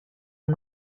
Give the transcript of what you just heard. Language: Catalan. amb